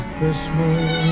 Christmas